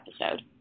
episode